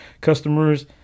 customers